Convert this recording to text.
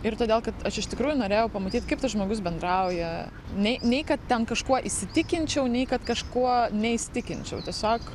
ir todėl kad aš iš tikrųjų norėjau pamatyt kaip tas žmogus bendrauja nei nei kad ten kažkuo įsitikinčiau nei kad kažkuo neįsitikinčiau tiesiog